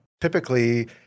typically